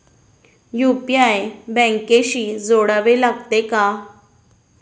UPI बँकेशी जोडावे लागते का?